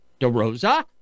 DeRosa